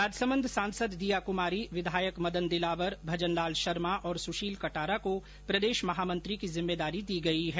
राजसमंद सांसद दिया कमारी विधायक मदन दिलावर भजनलाल शर्मा और सुशील कटारा को प्रदेश महामंत्री की जिम्मेदारी दी गई है